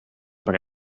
but